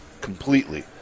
completely